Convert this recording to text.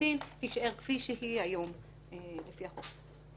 מקטין תישאר כפי שהיא היום לפי החוק.